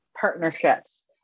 partnerships